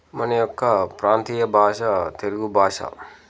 మన యొక్క ప్రాంతీయ భాష తెలుగు భాష